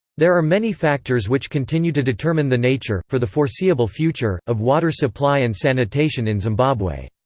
there are many factors which continue to determine the nature, for the foreseeable future, of water supply and sanitation in zimbabwe.